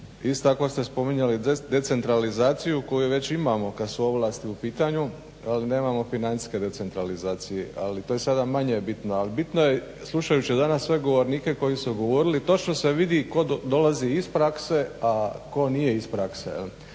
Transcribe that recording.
Isto tako ste spominjali decentralizaciju koju već imamo kad su ovlasti u pitanju, ali nemamo financijske decentralizacije. Ali to je sada manje bitno. Ali bitno je slušajući danas sve govornike koji su govorili točno se vidi tko dolazi iz prakse, a tko nije iz prakse